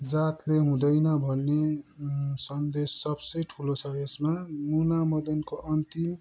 जातले हुँदैन भन्ने सन्देश सबसे ठुलो छ यसमा मुना मदनको अन्तिम